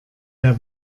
der